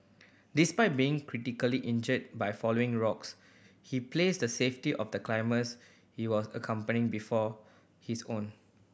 despite being critically injured by falling rocks he placed the safety of the climbers he was accompanying before his own